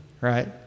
right